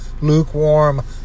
lukewarm